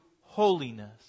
holiness